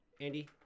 Andy